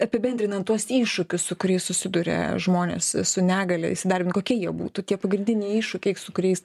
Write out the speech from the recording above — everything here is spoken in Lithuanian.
apibendrinant tuos iššūkius su kuriais susiduria žmonės su negalia įsidarbint kokie jie būtų tie pagrindiniai iššūkiai su kuriais